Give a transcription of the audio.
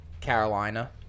Carolina